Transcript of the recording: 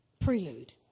Prelude